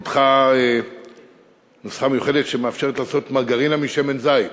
פותחה בו נוסחה מיוחדת שמאפשרת לעשות מרגרינה משמן זית,